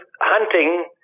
hunting